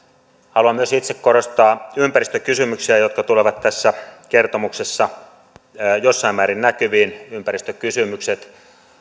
haluan itse korostaa myös ympäristökysymyksiä jotka tulevat tässä kertomuksessa jossain määrin näkyviin ympäristökysymykset